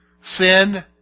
Sin